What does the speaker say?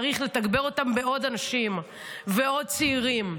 צריך לתגבר אותם בעוד אנשים ועוד צעירים.